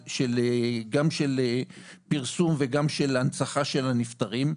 גם של פרסום וגם של הנצחה של הנפטרים,